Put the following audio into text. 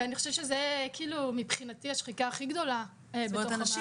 וזה מבחינתי השחיקה הכי גדולה בתוך המערכת.